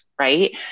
right